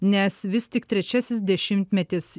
nes vis tik trečiasis dešimtmetis